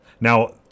Now